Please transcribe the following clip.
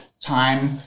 time